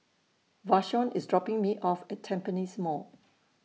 Vashon IS dropping Me off At Tampines Mall